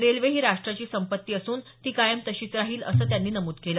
railway ही राष्ट्राची संपत्ती असून ती कायम तशीच राहील असं त्यांनी नमूद केलं